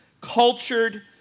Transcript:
cultured